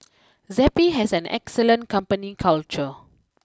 Zappy has an excellent company culture